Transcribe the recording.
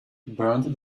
burned